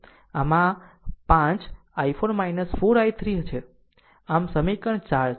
આમ આ 5 i4 4 I3 છે આમ સમીકરણ 4 છે